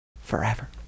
forever